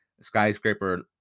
Skyscraper